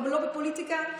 לא בפוליטיקה,